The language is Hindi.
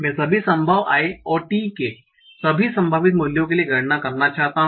मैं सभी संभव i और t के सभी संभावित मूल्यों के लिए गणना करना चाहता हूं